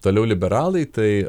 toliau liberalai tai